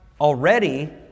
already